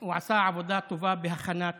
הוא עשה עבודה טובה בהכנת